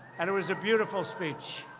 and it was a beautiful speech.